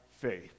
faith